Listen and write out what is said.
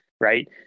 Right